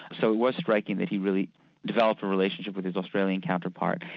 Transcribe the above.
so it was striking that he really developed a relationship with his australian counterpart.